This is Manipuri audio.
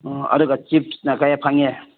ꯑꯗꯨꯒ ꯆꯤꯞꯁꯅ ꯀꯌꯥ ꯐꯪꯉꯦ